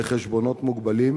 חשבונות מוגבלים,